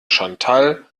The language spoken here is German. chantal